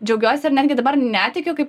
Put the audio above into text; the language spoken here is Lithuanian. džiaugiuosi ir netgi dabar netikiu kaip